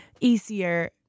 easier